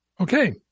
Okay